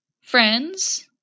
friends